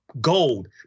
gold